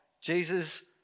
Jesus